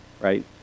right